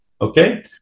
Okay